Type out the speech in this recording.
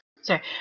Sorry